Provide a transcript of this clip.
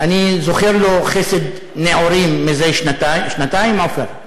אני זוכר לו חסד נעורים מזה שנתיים, שנתיים, עפר?